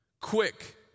Quick